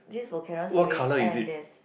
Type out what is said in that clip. this volcano series and there's